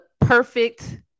perfect